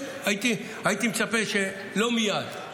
כן, הייתי מצפה שלא מייד,